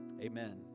Amen